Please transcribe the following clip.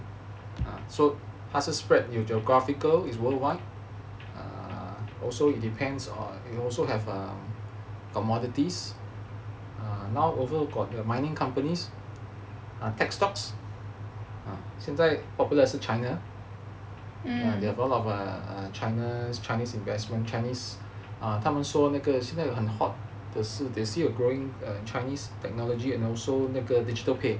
ah so 他是 spread geographical is worldwide err also it depends on err commodities err now also got mining companies and tech stocks ah 现在 popular 的是 china level of err china chinese investment chinese 他们说那个现在很 hot they see a growing a chinese technology and also 那个 digital pay